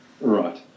Right